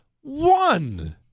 one